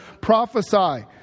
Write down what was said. prophesy